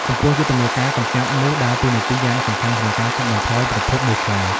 ចំពោះ យុទ្ធនាការកម្ចាត់មូសដើរតួនាទីយ៉ាងសំខាន់ក្នុងការកាត់បន្ថយប្រភពមូសខ្លា។